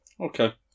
Okay